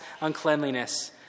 uncleanliness